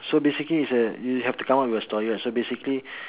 so basically is uh you have to come up with a story lah so basically